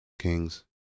kings